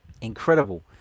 Incredible